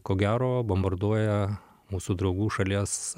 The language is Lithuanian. ko gero bombarduoja mūsų draugų šalies